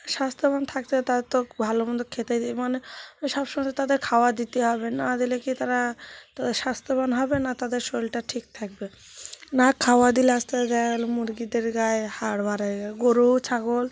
স্বাস্থ্যবান থাকতে তাদের তো ভালো মন্দ খেতে দিই মানে ও সবসময় তো তাদের খাবার দিতে হবে না দিলে কি তারা তাদের স্বাস্থ্যবান হবে না তাদের শরীরটা ঠিক থাকবে না খাওয়া দিলে আস্তে আস্তে দেখা গেল মুরগিদের গায়ে হাড় বার হয়ে গেল গরু ছাগল